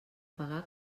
pagar